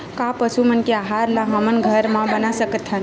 का पशु मन के आहार ला हमन घर मा बना सकथन?